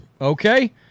okay